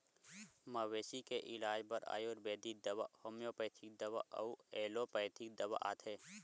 मवेशी के इलाज बर आयुरबेदिक दवा, होम्योपैथिक दवा अउ एलोपैथिक दवा आथे